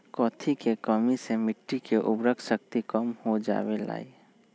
कथी के कमी से मिट्टी के उर्वरक शक्ति कम हो जावेलाई?